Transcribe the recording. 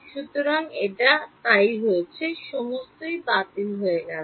সুতরাং এটি তাই হয়ে উঠছে সমস্তই ঠিক বাতিল হয়ে গেছে